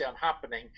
happening